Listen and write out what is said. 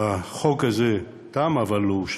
החוק הזה תם אבל לא הושלם.